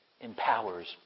empowers